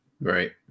right